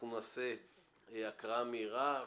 אנחנו נעשה הקראה מהירה.